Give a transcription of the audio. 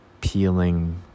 peeling